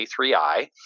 A3i